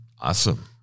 Awesome